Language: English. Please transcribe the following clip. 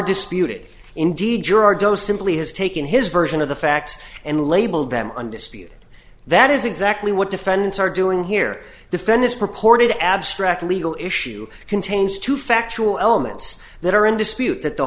disputed indeed gerardo simply has taken his version of the facts and labeled them undisputed that is exactly what defendants are doing here the then his purported abstract legal issue contains two factual elements that are in dispute that the